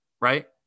right